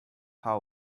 house